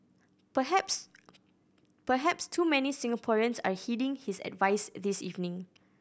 perhaps perhaps too many Singaporeans are heeding his advice this evening